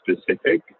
specific